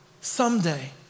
Someday